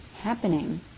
happening